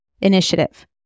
initiative